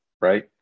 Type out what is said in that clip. right